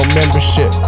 membership